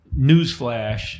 newsflash